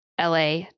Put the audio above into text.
LA